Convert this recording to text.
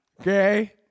Okay